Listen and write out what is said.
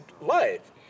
life